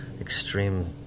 extreme